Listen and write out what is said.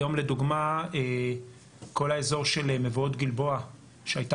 היום לדוגמה כל האזור של מבואות גלבוע שהייתה